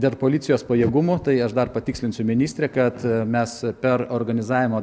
dėl policijos pajėgumų tai aš dar patikslinsiu ministre kad mes perorganizavimo